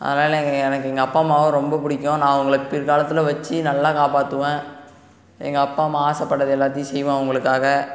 அதனால் எனக்கு எங்கள் அப்பா அம்மாவை ரொம்ப பிடிக்கும் நான் அவங்களை பிற்காலத்தில் வச்சு நல்லா காப்பாற்றுவேன் எங்கள் அப்பா அம்மா ஆசைப்பட்டது எல்லாத்தையும் செய்வேன் அவங்களுக்காக